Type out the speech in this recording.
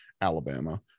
Alabama